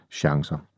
chancer